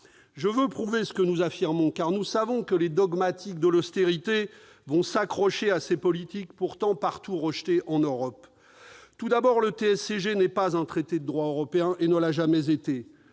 Je veux prouver ce que nous affirmons, car nous savons que les dogmatiques de l'austérité vont s'accrocher à ces politiques pourtant partout rejetées en Europe. Tout d'abord, le TSCG n'est pas un traité de droit européen et ne l'a jamais été.